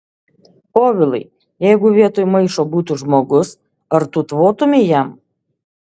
povilai jeigu vietoj maišo būtų žmogus ar tu tvotumei jam